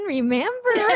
Remember